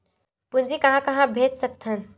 पूंजी कहां कहा भेज सकथन?